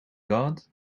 god